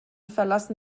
verlassen